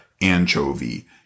anchovy